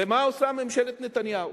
ומה עושה ממשלת נתניהו?